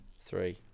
Three